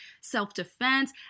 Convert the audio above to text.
self-defense